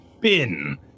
bin